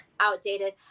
outdated